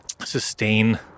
sustain